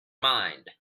mind